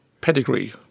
pedigree